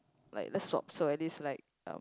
like let's swap so at least like um